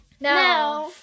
Now